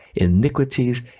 iniquities